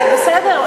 בסדר.